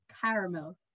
caramel